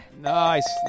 Nice